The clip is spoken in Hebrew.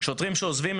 שוטרים שעוזבים,